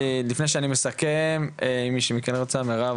לפני שאני מסכם, אשמע לשמוע ממך